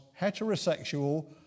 heterosexual